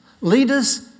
leaders